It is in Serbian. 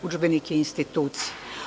Udžbenik je institucija.